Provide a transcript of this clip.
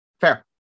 Fair